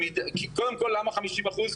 קודם כל למה 50%?